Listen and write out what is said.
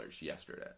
yesterday